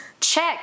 check